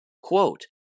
Quote